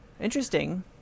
Interesting